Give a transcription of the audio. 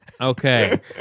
Okay